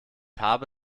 habe